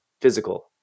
physical